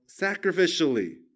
sacrificially